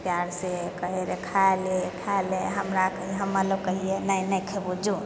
प्यारसँ कहय रहय खाय ले खाय ले हमरा हमे लोग कहियै नहि नहि खेबो जौ